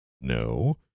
No